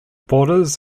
borders